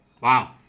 Wow